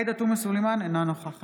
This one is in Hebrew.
עאידה תומא סלימאן, אינה נוכחת